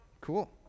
Cool